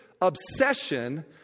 obsession